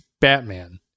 Batman